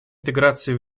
интеграции